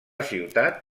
ciutat